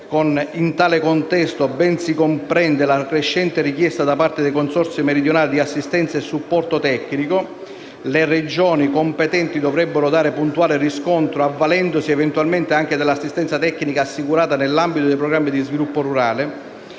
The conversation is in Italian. in tale contesto ben si comprende la crescente richiesta da parte dei consorzi meridionali di assistenza e supporto tecnico, cui le Regioni competenti dovrebbero dare puntuale riscontro, avvalendosi, eventualmente, anche dell’assistenza tecnica assicurata nell’ambito dei Programmi di sviluppo rurale;